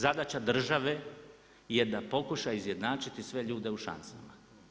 Zadaća države je da pokuša izjednačiti sve ljude u šansama.